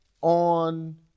on